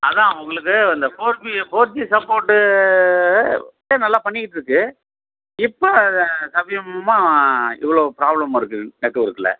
அதுதான் உங்களுக்கு இந்த four G four G support நல்லா பண்ணிகிட்ருக்கு இப்போ சமீபமாக இவ்வளோ ப்ராப்ளமாக இருக்குது நெட்வொர்க்கில்